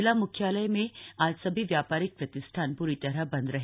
ज़िला मुख्यालय में आज सभी व्यापारिक प्रतिष्ठान पूरी तरह बंद रहे